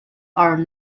are